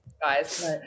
Guys